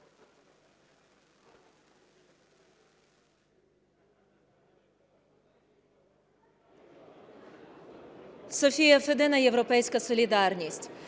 Софія Федина, "Європейська солідарність".